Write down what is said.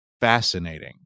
fascinating